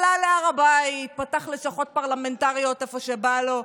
עלה להר הבית, פתח לשכות פרלמנטריות איפה שבא לו,